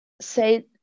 say